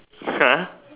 !huh!